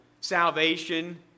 salvation